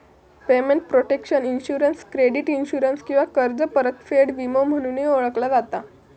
payment protection insurance credit insurance किंवा कर्ज परतफेड विमो म्हणूनही ओळखला जाता